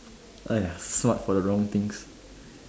!aiya! smart for the wrong things